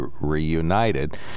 reunited